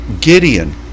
Gideon